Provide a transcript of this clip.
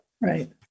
Right